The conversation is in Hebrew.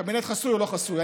קבינט חסוי או לא חסוי?